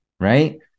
right